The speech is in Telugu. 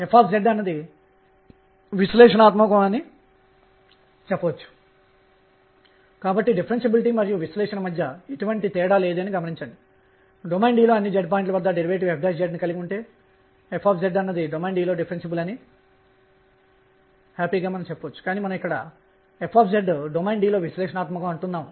ఇక్కడ e అనేది చుట్టూ తిరుగుతున్న ఎలక్ట్రాన్ యొక్క ఛార్జ్ కానీ ప్రస్తుతానికి కేవలం సౌలభ్యం కోసం నేను k ను ఉంచుతాను